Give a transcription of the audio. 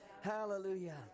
Hallelujah